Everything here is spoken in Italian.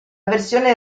versione